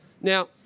Now